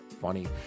funny